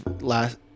last